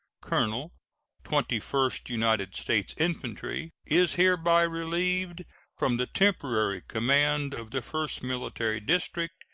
colonel twenty-first united states infantry, is hereby relieved from the temporary command of the first military district,